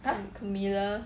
camellia